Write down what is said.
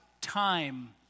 time